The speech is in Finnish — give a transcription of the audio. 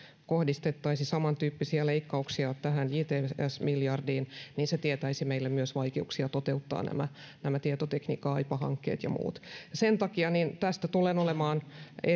kohdistettaisiin samantyyppisiä leikkauksia tämän jts miljardin suhteen niin se tietäisi meille myös vaikeuksia toteuttaa nämä nämä tietotekniikan aipa hankkeet ja muut sen takia tästä tulen olemaan